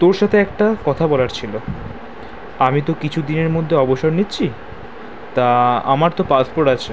তোর সাথে একটা কথা বলার ছিল আমি তো কিছু দিনের মধ্যে অবসর নিচ্ছি তা আমার তো পাসপোর্ট আছে